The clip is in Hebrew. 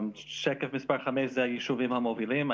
בשקף מספר 5 יש את היישובים המובילים.